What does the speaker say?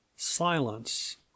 Silence